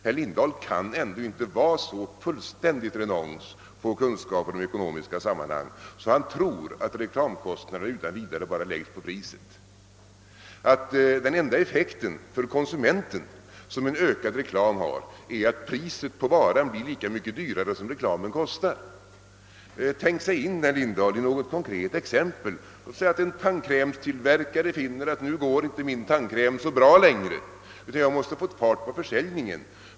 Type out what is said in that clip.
Herr Lindahl kan väl ändå inte vara så fullständigt renons på kunskaper i ekonomiska ting, att han tror att alla reklamkostnader utan vidare kan läggas på priset, att den enda effekten för konsumenterna som en ökad reklam har är att priset på varan blir lika mycket högre som reklamen kostar? Tänk sig in, herr Lindahl, i något konkret exempel! Låt oss säga att en tandkrämstillverkare finner att hans tandkräm inte längre går så bra utan att han måste sätta fart på försäljningen.